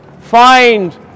Find